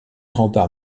remparts